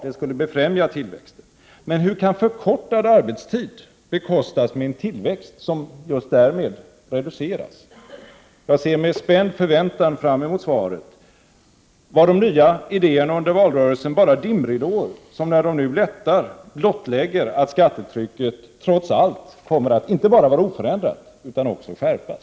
Det skulle befrämja tillväxten. Men hur kan förkortad arbetstid bekostas med en tillväxt som just därmed reduceras? Jag ser med spänd förväntan fram mot svaret. Var de nya idéerna under valrörelsen bara dimridåer som, när de nu lättar, blottlägger att skattetrycket trots allt kommer att inte bara vara oförändrat utan också skärpas?